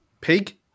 Pig